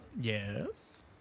Yes